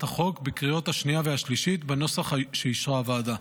החוק בקריאות השנייה והשלישית בנוסח שאישרה הוועדה.